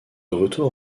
retour